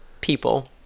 people